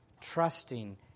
trusting